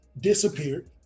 disappeared